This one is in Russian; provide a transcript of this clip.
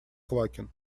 квакин